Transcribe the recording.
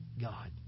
God